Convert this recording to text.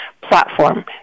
platform